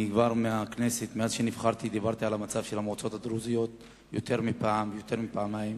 מאז שנבחרתי דיברתי על מצב המועצות הדרוזיות יותר מפעם ויותר מפעמיים.